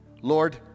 Lord